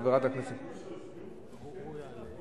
חבר הכנסת יעקב אדרי,